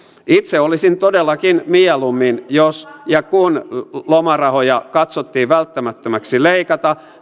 itse olisin todellakin mieluummin jos ja kun lomarahoja katsottiin välttämättömäksi leikata